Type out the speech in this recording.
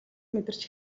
мэдэрч